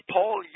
Paul